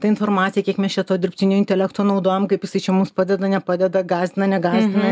ta informacija kiek mes čia to dirbtinio intelekto naudojam kaip jisai čia mums padeda nepadeda gąsdina negąsdina